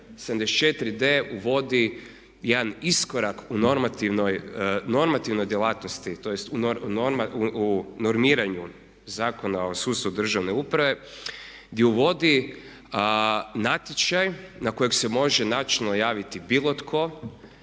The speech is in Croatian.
74D uvodi jedan iskorak u normativnoj djelatnosti tj. u normiranju zakona o …/Govornik se ne razumije./… državne uprave gdje uvodi natječaj na kojeg se može načelno javiti bilo tko